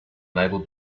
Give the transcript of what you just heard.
labelled